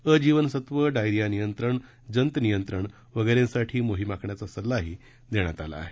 अ जीवनसत्व डायरिया नियंत्रण जंत नियंत्रण वगैरेंसाटी मोहिम आखण्याचा सल्लाही देण्यात आला आहे